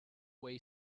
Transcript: way